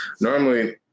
normally